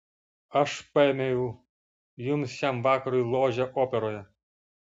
aš paėmiau jums šiam vakarui ložę operoje